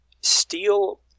steel